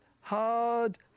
hard